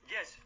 Yes